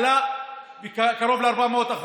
השינוע, שעלה בקרוב ל-400%.